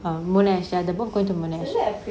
err monash the both going to monash